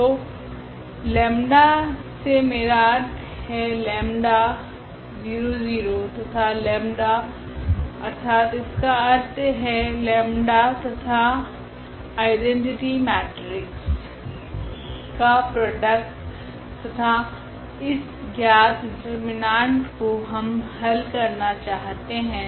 तो लेम्डा 𝜆 से मेरा अर्थ लेम्डा 𝜆 0 0 तथा लेम्डा 𝜆 अर्थात इसका अर्थ है लेम्डा 𝜆 तथा आइडैनटिटि मेट्रिक्स का प्रॉडक्ट तथा इस ज्ञात डिटर्मिनांट को हम हल करना चाहते है